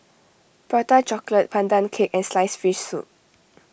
Prata Chocolate Pandan Cake and Sliced Fish Soup